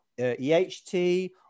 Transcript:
eht